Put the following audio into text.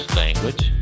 language